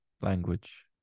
Language